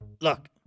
Look